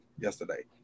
yesterday